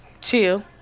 Chill